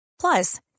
Plus